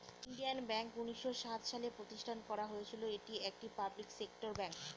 Indian bank উনিশশো সাত সালে প্রতিষ্ঠান করা হয়েছিল এটি একটি পাবলিক সেক্টর ব্যাঙ্ক